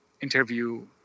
interview